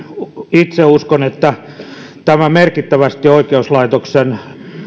itse uskon että tämä merkittävästi lisää oikeuslaitoksen